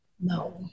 no